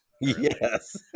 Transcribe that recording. yes